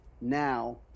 now